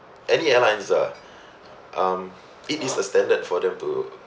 any airlines ah um it is a standard for them to